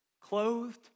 clothed